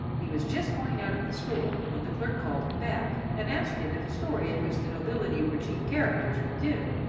he was just going out of the store, when the clerk called him back and asked him if a story in which the nobility were chief characters would do.